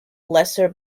lesser